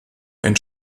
ein